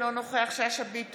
אינו נוכח יפעת שאשא ביטון,